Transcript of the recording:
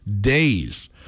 days